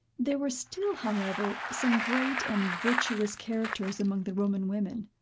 there were still, however, some great and virtuous characters among the roman women.